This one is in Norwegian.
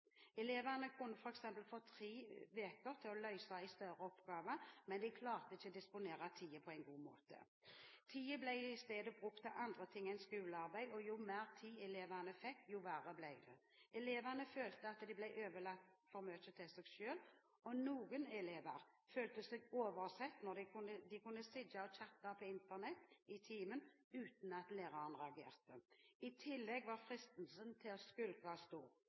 større oppgave, men de klarte ikke å disponere denne tiden på en god måte. Tiden ble i stedet brukt til andre ting enn skolearbeid, og jo mer tid elevene fikk, jo verre ble det. Elevene følte at de ble overlatt for mye til seg selv. Noen elever følte seg oversett når de kunne sitte og «chatte» på Internett i timen uten at læreren reagerte. I tillegg var fristelsen til å skulke